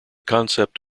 concept